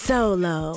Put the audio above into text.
Solo